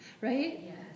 Right